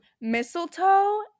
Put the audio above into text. Mistletoe